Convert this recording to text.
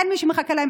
אין מי שמחכה להם,